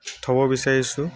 থ'ব বিচাৰিছোঁ